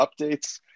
updates